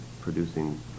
producing